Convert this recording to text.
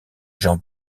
jean